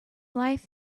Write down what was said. life